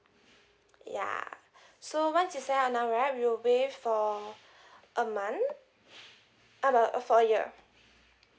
ya so once you sign up now right we'll waive for a month uh m~ for a year